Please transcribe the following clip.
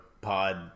pod